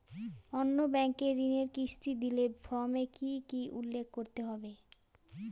অন্য ব্যাঙ্কে ঋণের কিস্তি দিলে ফর্মে কি কী উল্লেখ করতে হবে?